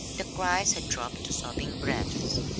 the cries had dropped to sobbing breaths,